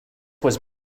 was